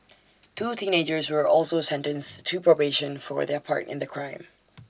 two teenagers were also sentenced to probation for their part in the crime